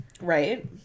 right